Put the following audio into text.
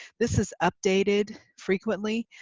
this is updated frequently,